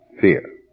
fear